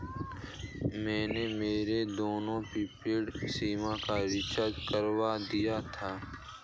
मैंने मेरे दोनों प्रीपेड सिम का रिचार्ज करवा दिया था